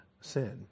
sin